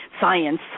science